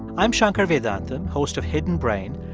i'm shankar vedantam, host of hidden brain.